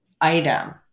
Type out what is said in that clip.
item